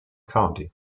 county